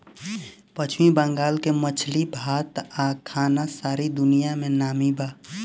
पश्चिम बंगाल के मछली भात आ खाना सारा दुनिया में नामी बा